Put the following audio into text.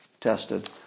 tested